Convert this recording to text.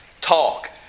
talk